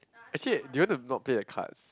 actually do you want to not play the cards